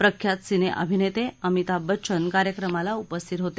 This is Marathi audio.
प्रख्यात सिने अभिनेते अमिताभ बच्चन कार्यक्रमाला उपस्थित होते